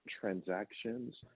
transactions